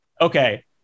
Okay